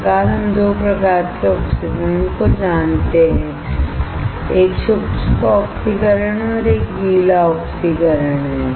इस प्रकार हम 2 प्रकार के को जानते हैं एक शुष्क ऑक्सीकरण है और एक गीला ऑक्सीकरण है